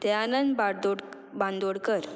दयानंद बाडदोड बांदोडकर